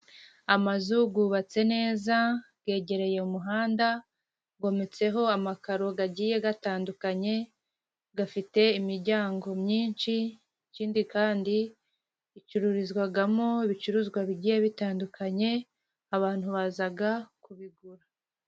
Amazu yubatse neza yegereye umuhanda, yometseho amakaro agiye atandukanye ,afite imiryango myinshi, ikindi kandi acururizwamo ibicuruzwa bigiye bitandukanye ,abantu baza kubigura.